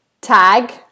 tag